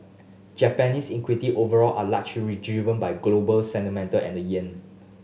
Japanese equity overall are largely driven by global sentiment and the yen